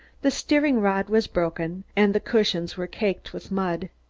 the steering rod was broken and the cushions were caked with mud.